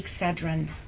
Excedrin